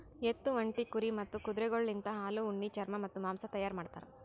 ಎತ್ತು, ಒಂಟಿ, ಕುರಿ ಮತ್ತ್ ಕುದುರೆಗೊಳಲಿಂತ್ ಹಾಲು, ಉಣ್ಣಿ, ಚರ್ಮ ಮತ್ತ್ ಮಾಂಸ ತೈಯಾರ್ ಮಾಡ್ತಾರ್